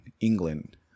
England